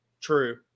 True